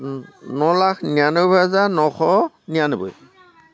ন লাখ নিৰান্নবৈ হেজাৰ নশ নিয়ান্নব্বৈ